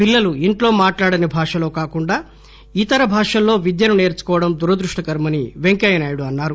పిల్లలు ఇంట్లో మాట్లాడని భాషలో కాకుండా ఇతర భాషల్లో విద్యను నేర్చుకోవడం దురదృష్టకరమని పెంకయ్యనాయుడు అన్నారు